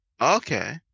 okay